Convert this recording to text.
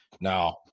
Now